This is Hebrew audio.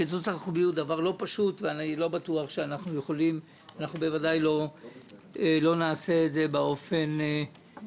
הקיצוץ הרוחבי הוא דבר לא פשוט ובוודאי לא נעשה את זה באופן הזה.